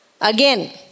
again